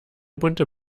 bunte